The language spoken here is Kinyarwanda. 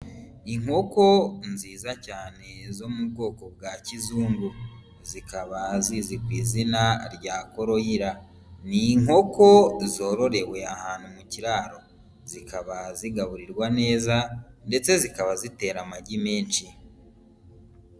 Inkoko nziza cyane zo mu bwoko bwa kizungu, zikaba zizwi ku izina rya koroyira, ni inkoko zororewe ahantu mu kiraro zikaba zigaburirwa neza ndetse zikaba zitera amagi menshi.